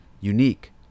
unique